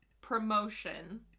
promotion